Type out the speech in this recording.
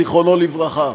זיכרונו לברכה.